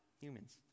humans